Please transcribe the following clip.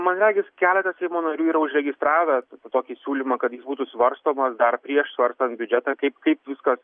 man regis keletas seimo narių yra užregistravę tokį siūlymą kad jis būtų svarstomas dar prieš svarstant biudžetą kaip kaip viskas